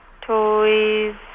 Toys